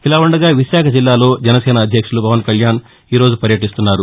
ఇలా ఉండగా విశాఖ జిల్లాలో జనసేన అధ్యక్షులు పవన్ కళ్యాణ్ ఈరోజు పర్యదిస్తున్నారు